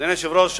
אדוני היושב-ראש,